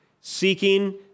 seeking